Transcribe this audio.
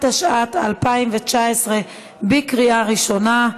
התשע"ט 2019, בקריאה ראשונה.